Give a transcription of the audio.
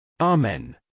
Amen